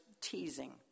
teasing